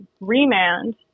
remand